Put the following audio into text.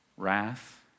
Wrath